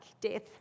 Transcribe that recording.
death